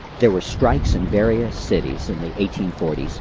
there were strikes in various cities in the eighteen forty s,